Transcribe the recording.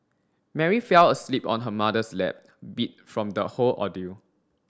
Mary fell asleep on her mother's lap beat from the whole ordeal